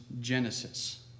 Genesis